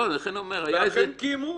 ואכן קיימו.